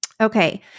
Okay